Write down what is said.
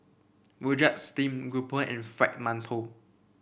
rojak Steamed Grouper and Fried Mantou